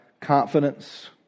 confidence